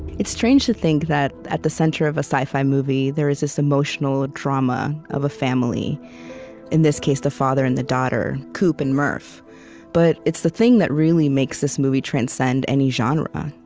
it's strange to think that at the center of a sci-fi movie there's this emotional ah drama of a family in this case, the father and the daughter, coop and murph but it's the thing that really makes this movie transcend any genre.